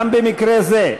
גם במקרה זה,